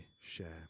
share